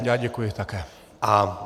Já děkuji také.